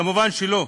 מובן שלא.